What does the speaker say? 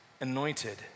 anointed